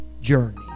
journey